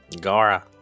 Gara